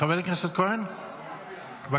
חבר הכנסת כהן, בבקשה.